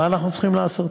מה אנחנו צריכים לעשות.